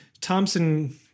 Thompson